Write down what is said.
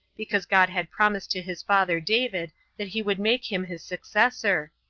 because god had promised to his father david that he would make him his successor,